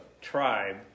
tribe